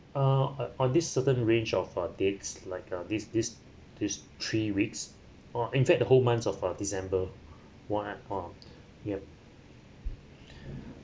uh on this certain range of uh dates like uh this this this three weeks or in fact the whole months of uh december while I'm on yup